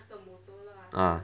ah